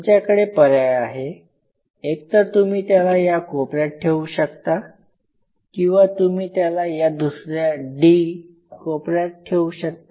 तुमच्याकडे पर्याय आहे एक तर तुम्ही त्याला या कोपऱ्यात ठेवू शकता किंवा तुम्ही त्याला या दुसऱ्या D कोपर्यात ठेऊ शकता